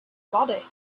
body